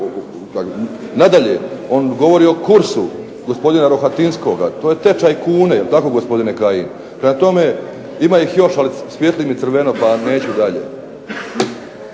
Nadalje, on govori o kursu gospodina Rohatinskoga. To je tečaj kune. Jel' tako gospodine Kajin? Prema tome, ima ih još ali svijetli mi crveno pa neću dalje.